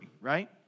right